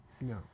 No